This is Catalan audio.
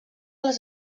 les